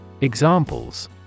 Examples